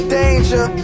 danger